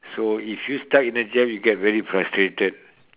so if you stuck in a jam you get very frustrated